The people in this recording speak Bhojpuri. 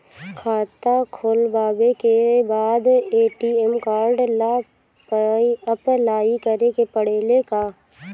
खाता खोलबाबे के बाद ए.टी.एम कार्ड ला अपलाई करे के पड़ेले का?